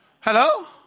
hello